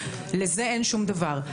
לזה אין שום דבר.